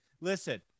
listen